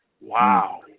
wow